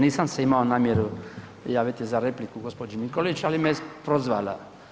Nisam se imao namjeru javiti za repliku gđi. Nikolić, ali me je prozvala.